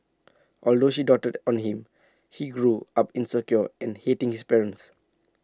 although she doted on him he grew up insecure and hating his parents